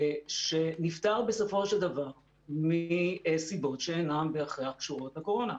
שנפטרת בסופו של דבר מסיבות שאינן בהכרח קשורות לקורונה.